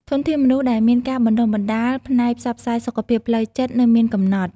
ធនធានមនុស្សដែលមានការបណ្តុះបណ្តាលផ្នែកផ្សព្វផ្សាយសុខភាពផ្លូវចិត្តនៅមានកំណត់។